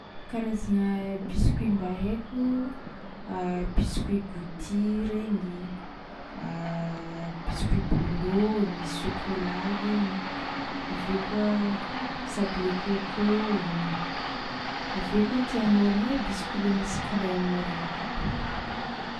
Karazagna biscuit mba haiko: biscuit gouty regny, biscuit bôlô misy sôkôlà regny, avy eo koa sablé coco, avy eo koa tian'ologno biscuit le misy krema regny koa.